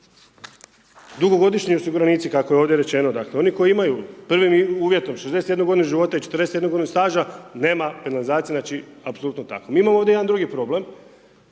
dugogodišnji osiguranici, kako je ovdje rečeno, oni koji imaju prvim uvjetom 61 g. života i 41 g. staža, nema penalizacije, znači apsolutno je tako. Mi imamo ovdje jedan drugi problem,